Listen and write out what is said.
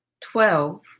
twelve